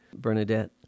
Bernadette